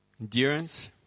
Endurance